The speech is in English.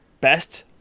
best